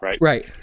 Right